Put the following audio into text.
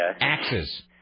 Axes